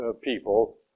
people